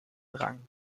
rang